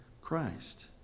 Christ